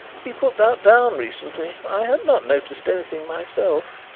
he put that down recently. i had not noticed anything myself.